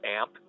amp